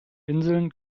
inseln